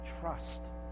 trust